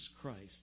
Christ